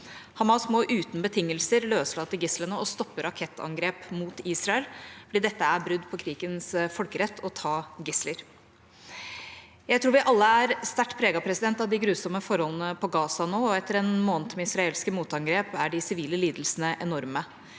Hamas må uten betingelser løslate gislene og stoppe rakettangrep mot Israel, da det er brudd på krigens folkerett å ta gisler. Jeg tror vi alle er sterkt preget av de grusomme forholdene på Gaza nå, og etter en måned med israelske motangrep er de sivile lidelsene enorme.